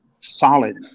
solid